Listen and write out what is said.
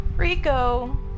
Rico